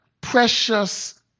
precious